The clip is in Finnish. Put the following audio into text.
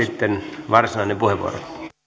sitten varsinainen puheenvuoro